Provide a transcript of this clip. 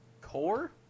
Core